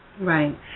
Right